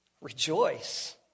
Rejoice